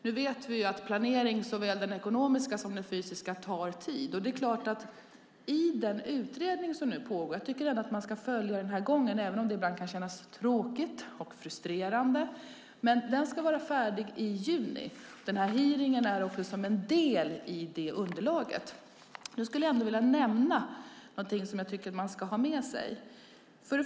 Vi vet att såväl den ekonomiska som den fysiska planeringen tar tid. Jag tycker att man ska följa gången även om det kan kännas tråkigt och frustrerande ibland. Den här utredningen ska vara färdig i juni. Den här hearingen är en del av underlaget för den. Jag skulle vilja nämna någonting som jag tycker att man ska ha med sig.